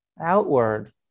outward